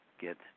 get